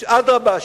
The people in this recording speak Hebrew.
אדרבה,